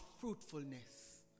fruitfulness